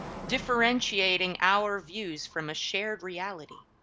differentiating our views from a shared reality,